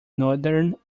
northern